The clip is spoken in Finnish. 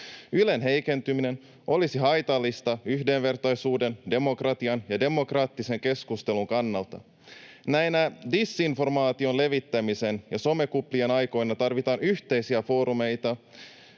Ylen heikentyminen olisi haitallista yhdenvertaisuuden, demokratian ja demokraattisen keskustelun kannalta. Näinä disinformaation levittämisen ja somekuplien aikoina tarvitaan yhteisiä foorumeita